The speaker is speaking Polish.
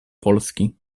polski